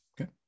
Okay